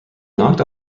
knocked